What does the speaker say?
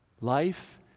Life